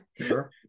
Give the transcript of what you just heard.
sure